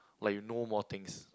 like you know more things